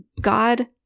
God